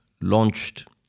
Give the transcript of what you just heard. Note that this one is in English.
launched